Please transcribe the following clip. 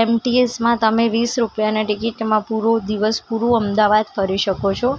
એમ T એસમાં તમે વીસ રૂપિયાની ટિકિટમાં તમે પૂરો દિવસ પૂરું અમદાવાદ ફરી શકો છો